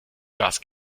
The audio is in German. gas